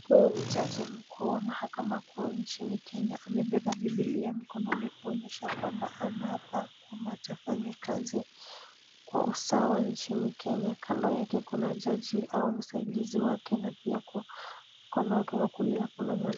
Huyu ni jaji mkuu wa mahakama kuu nchini Kenya. Amebeba bibilia mkononi kuonyesha kwamba anaapa atafanya kazi kwa usawa nchini Kenya. Kando yake kuna jaji au msaidizi wake na pia mkono wake wa kulia kuna mwanaume.